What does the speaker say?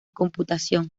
computación